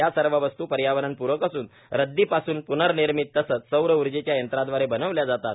ह्या सर्व वस्तू पर्यावरण पूरक असून रद्दी पासून पुननिर्मित तसेच सौर ऊर्जेच्या यंत्रादवारे बनवल्या जातात